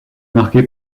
marqué